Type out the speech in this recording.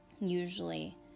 usually